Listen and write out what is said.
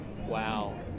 Wow